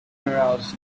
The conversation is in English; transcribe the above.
arouse